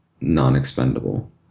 non-expendable